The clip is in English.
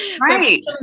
Right